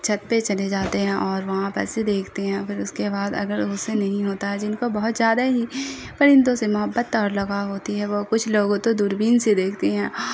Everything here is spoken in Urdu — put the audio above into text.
چھت پہ چلے جاتے ہیں اور وہاں پر سے دیکھتے ہیں یا پھر اس کے بعد اگر اسے نہیں ہوتا ہے جن کو بہت زیادہ ہی پرندوں سے محبت اور لگاؤ ہوتی ہے وہ کچھ لوگ تو دور بین سے دیکھتے ہیں